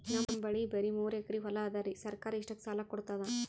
ನಮ್ ಬಲ್ಲಿ ಬರಿ ಮೂರೆಕರಿ ಹೊಲಾ ಅದರಿ, ಸರ್ಕಾರ ಇಷ್ಟಕ್ಕ ಸಾಲಾ ಕೊಡತದಾ?